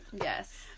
Yes